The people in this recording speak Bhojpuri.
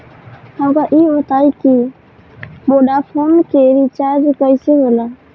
हमका ई बताई कि वोडाफोन के रिचार्ज कईसे होला?